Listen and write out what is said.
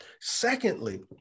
Secondly